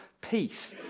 peace